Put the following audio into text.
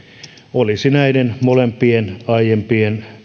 olisi näiden molempien aiempien